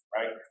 Right